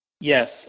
Yes